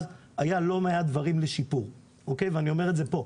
אז היה לא מעט דברים לשיפור ואני אומר את זה פה.